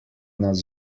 nas